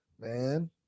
man